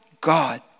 God